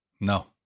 No